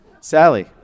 Sally